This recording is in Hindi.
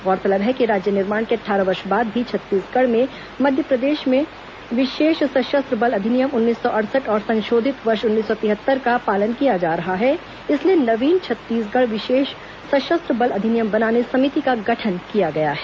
गौरतलब है कि राज्य निर्माण के अट्ठारह वर्ष बाद भी छत्तीसगढ़ में मध्यप्रदेश में विशेष सशस्त्र बल अधिनियम उन्नीस सौ अड़सठ और संशोधित वर्ष उन्नीस सौ तिहत्तर का पालन किया जा रहा है इसलिए नवीन छत्तीसगढ़ विशेष सशस्त्र बल अधिनियम बनाने समिति का गठन किया गया है